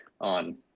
on